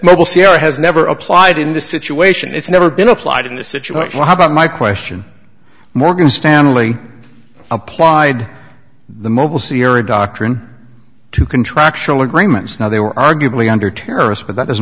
mobile c r has never applied in this situation it's never been applied in a situation where how about my question morgan stanley applied the mobile siri doctrine to contractual agreements now they were arguably under terrorists but that doesn't